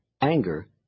anger